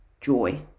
joy